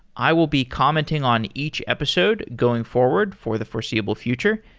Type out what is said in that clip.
i will be commenting on each episode going forward for the foreseeable future.